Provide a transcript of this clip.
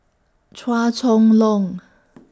Chua Chong Long